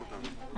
אותנו.